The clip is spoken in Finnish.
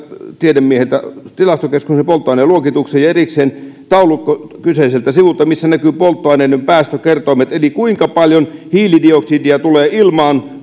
tiedemieheltä ohessa linkki tilastokeskuksen polttoaineluokitukseen ja erikseen taulukko kyseiseltä sivulta missä näkyvät polttoaineiden päästökertoimet eli se kuinka paljon hiilidioksidia tulee ilmaan